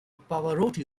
pavarotti